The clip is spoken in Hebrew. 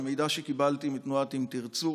ממידע שקיבלתי מתנועת אם תרצו,